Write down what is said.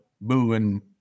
moving